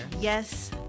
Yes